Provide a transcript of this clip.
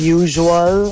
usual